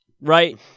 right